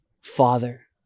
Father